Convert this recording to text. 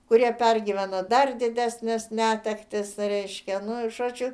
kurie pergyveno dar didesnes netektis reiškia nu žodžiu